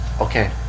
Okay